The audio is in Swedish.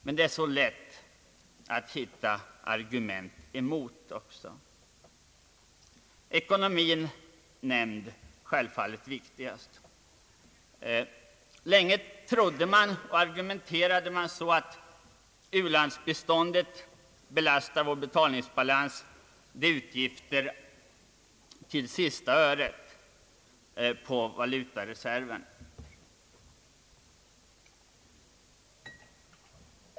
Men det är så lätt att hitta argument emot. Ekonomin är självfallet viktigast. Länge trodde man att ulandsbiståndet belastar vår betalningsbalans, att det »till sista öret» innebär utgifter som tär på valutareserven.